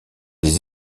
des